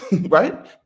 Right